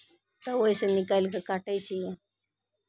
तऽ ओहिसँ निकालि कऽ काटै छियै